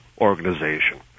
organization